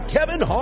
Kevin